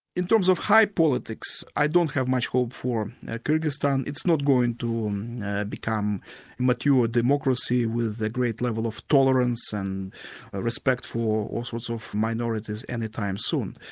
in terms of high politics, i don't have much hope for kyrgyzstan. it's not going to um become mature democracy with a great level of tolerance and a respect for all sorts of minorities any time soon.